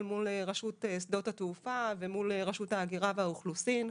מול רשות שדות התעופה ומול רשות ההגירה והאוכלוסין.